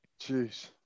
jeez